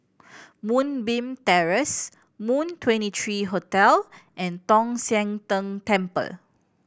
Moonbeam Terrace Moon Twenty three Hotel and Tong Sian Tng Temple